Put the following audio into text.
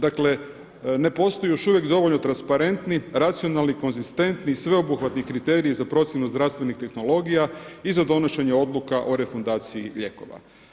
Dakle ne postoji još uvijek dovoljno transparentni, racionalni i konzistentni i sveobuhvatni kriteriji za procjenu zdravstvenih tehnologija i za donošenje odluka o refundaciji lijekova.